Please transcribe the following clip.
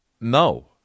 No